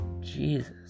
Jesus